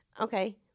Okay